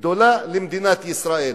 גדולה למדינת ישראל.